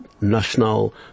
national